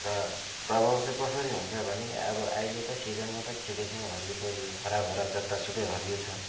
र प्रभाव चाहिँ कसरी हुन्छ भने अब अहिले त सिजनमा त ठिकै छ हरियो परियो हरा भरा जतासुकै हरियो छ